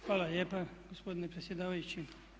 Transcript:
Hvala lijepa gospodine predsjedavajući.